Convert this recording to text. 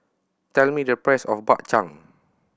tell me the price of Bak Chang